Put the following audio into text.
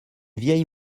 vieille